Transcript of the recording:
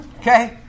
Okay